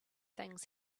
things